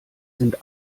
sind